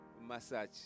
Massage